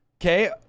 okay